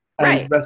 Right